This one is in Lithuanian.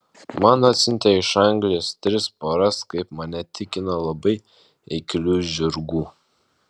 man atsiuntė iš anglijos tris poras kaip mane tikino labai eiklių žirgų